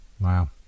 Wow